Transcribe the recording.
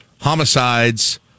homicides